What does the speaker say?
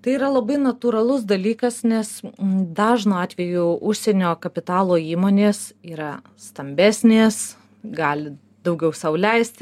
tai yra labai natūralus dalykas nes dažnu atveju užsienio kapitalo įmonės yra stambesnės gali daugiau sau leisti